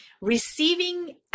receiving